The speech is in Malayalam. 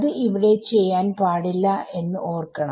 അത് ഇവിടെ ചെയ്യാൻ പാടില്ല എന്ന് ഓർക്കണം